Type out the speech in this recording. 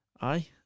Aye